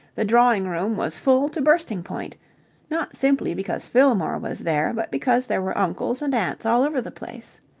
the drawing-room was full to bursting point not simply because fillmore was there, but because there were uncles and aunts all over the place.